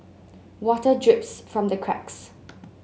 water drips from the cracks